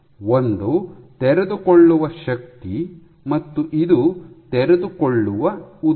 ಒಂದು ತೆರೆದುಕೊಳ್ಳುವ ಶಕ್ತಿ ಮತ್ತು ಇದು ತೆರೆದುಕೊಳ್ಳುವ ಉದ್ದ